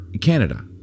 Canada